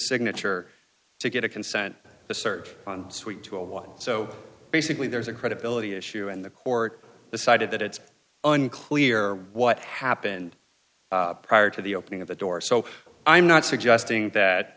signature to get a consent to search on suite two of one so basically there's a credibility issue and the court decided that it's unclear what happened prior to the opening of the door so i'm not suggesting that